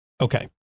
Okay